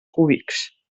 cúbics